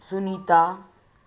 Sunita